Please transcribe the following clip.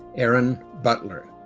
erin butler.